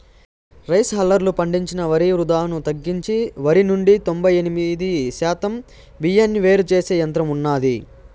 rice హల్లర్లు పండించిన వరి వృధాను తగ్గించి వరి నుండి తొంబై ఎనిమిది శాతం బియ్యాన్ని వేరు చేసే యంత్రం ఉన్నాది